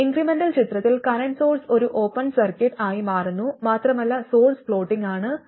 incremental ചിത്രത്തിൽ current source ഒരു open circuit ആയി മാറുന്നു മാത്രമല്ല സോഴ്സ് ഫ്ളോട്ടിങ്ങ് ആണ്